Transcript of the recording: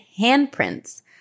handprints